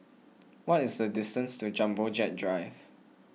what is the distance to Jumbo Jet Drive